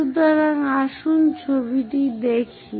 সুতরাং আসুন ছবিটি দেখি